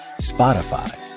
Spotify